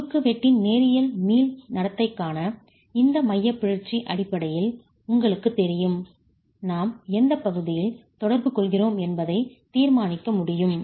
குறுக்குவெட்டின் நேரியல் மீள் நடத்தைக்கான இந்த மையப் பிறழ்ச்சியின் அடிப்படையில் உங்களுக்குத் தெரியும் நாம் எந்தப் பகுதியில் தொடர்பு கொள்கிறோம் என்பதை தீர்மானிக்க முடியும்